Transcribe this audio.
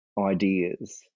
ideas